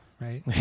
right